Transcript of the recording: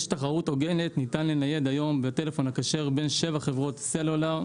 יש תחרות הוגנת וניתן להתנייד היום בטלפון הכשר בין שבע חברות סלולר,